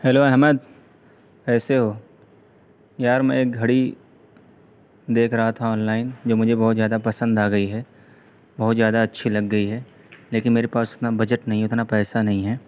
hello Ahmed کیسے ہو یار میں ایک گھڑی دیکھ رہا تھا آنلائن جو مجھے بہت زیادہ پسند آ گئی ہے بہت زیادہ اچھی لگ گئی ہے لیکن میرے پاس اتنا بجٹ نہیں ہے اتنا پیسہ نہیں ہیں